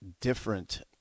different